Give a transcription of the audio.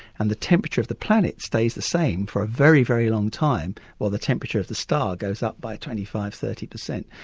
and the temperature of the planet stays the same for a very, very long time while the temperature of the star goes up by twenty five percent, thirty percent.